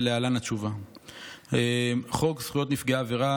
ולהלן התשובה: חוק זכויות נפגעי עבירה